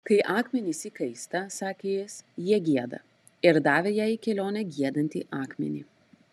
kai akmenys įkaista sakė jis jie gieda ir davė jai į kelionę giedantį akmenį